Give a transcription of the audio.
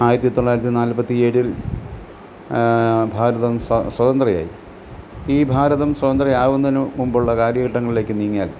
ആയിരത്തി തൊള്ളായിരത്തി നാല്പത്തി ഏഴിൽ ഭാരതം സ്വതന്ത്രമായി ഈ ഭാരതം സ്വതന്ത്രമാവുന്നതിന് മുമ്പുള്ള കാലഘട്ടങ്ങളിലേക്ക് നീങ്ങിയാൽ